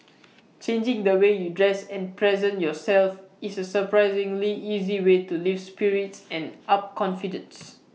changing the way you dress and present yourself is A surprisingly easy way to lift spirits and up confidence